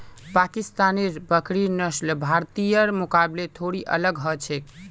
पाकिस्तानेर बकरिर नस्ल भारतीयर मुकाबले थोड़ी अलग ह छेक